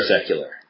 secular